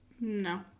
No